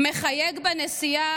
// מחייג בנסיעה,